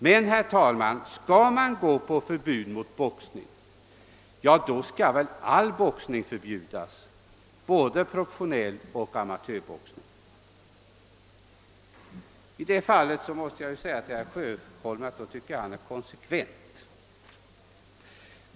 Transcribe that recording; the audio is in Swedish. Men, herr talman, skall man införa förbud mot boxning, bör väl all boxning förbjudas — både professionell boxning och amatörboxning. I det avseendet tycker jag att herr Sjöholm är konsekvent.